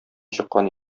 чыккан